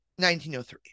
1903